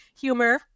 humor